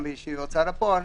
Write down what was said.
וגם בהוצאה לפועל,